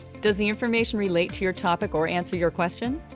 does the information relate to your topic or answer your question?